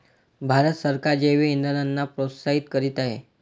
भारत सरकार जैवइंधनांना प्रोत्साहित करीत आहे